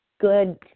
good